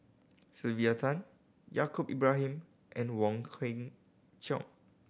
Sylvia Tan Yaacob Ibrahim and Wong Kwei Cheong